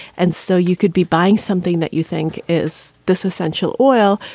and so you could be buying something that you think is this essential oil.